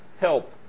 help